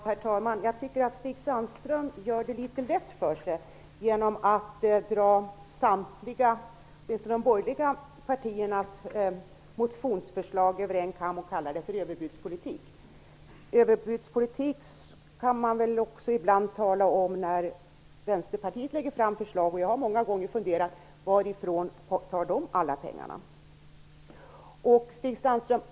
Herr talman! Jag tycker att Stig Sandström gör det litet lätt för sig genom att dra de borgerliga partiernas samtliga motionsförslag över en kam och kalla det för överbudspolitik. Överbudspolitik kan man väl ibland också tala om när Vänsterpartiet lägger fram förslag. Jag har många gånger funderat över varifrån de tar alla pengar.